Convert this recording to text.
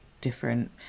different